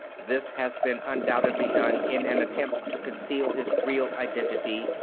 this has been undoubtedly done in an attempt to conceal his real identity,